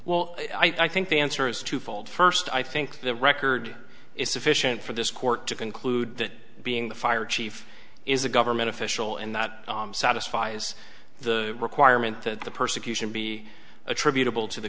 well i think the answer is twofold first i think the record is sufficient for this court to conclude that being the fire chief is a government official and that satisfies the requirement that the persecution be attributable to the